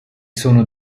sono